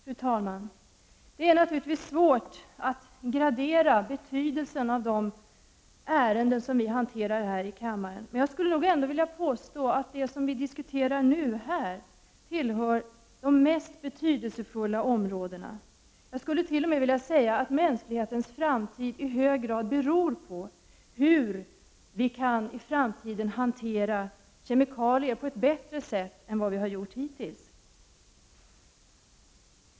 Fru talman! Det är naturligtvis svårt att gradera betydelsen av de ärenden som vi hanterar här i kammaren. Jag skulle nog ändå vilja påstå att det som vi diskuterar nu tillhör de mest betydelsefulla områdena. Jag skulle t.o.m. vilja säga att mänsklighetens framtid i hög grad beror på hur vi i framtiden kan hantera kemikalier på ett bättre sätt än vi har gjort hittills.